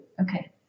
Okay